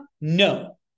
No